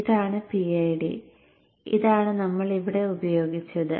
ഇതാണ് PID ഇതാണ് നമ്മൾ ഇവിടെ ഉപയോഗിച്ചത്